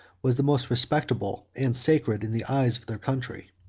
was the most respectable and sacred in the eyes of their country.